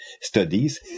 studies